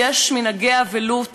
ויש מנהגי אבלות